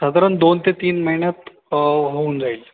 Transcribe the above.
साधारण दोन ते तीन महिन्यात होऊन जाईल